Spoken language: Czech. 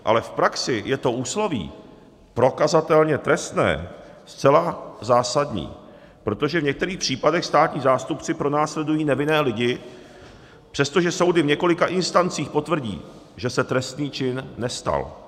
Ale v praxi je to úsloví prokazatelně trestné zcela zásadní, protože v některých případech státní zástupci pronásledují nevinné lidi, přestože soudy v několika instancích potvrdí, že se trestný čin nestal.